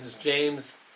James